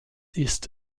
ist